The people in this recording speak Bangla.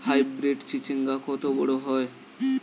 হাইব্রিড চিচিংঙ্গা কত বড় হয়?